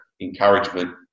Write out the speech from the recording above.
encouragement